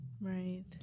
Right